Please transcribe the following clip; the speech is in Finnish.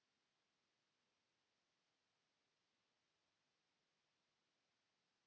Kiitos.